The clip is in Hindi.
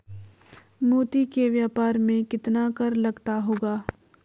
मोती के व्यापार में कितना कर लगता होगा?